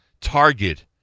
target